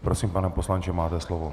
Prosím, pane poslanče, máte slovo.